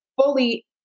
fully